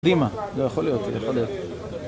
קדימה, זה יכול להיות, זה יכול להיות.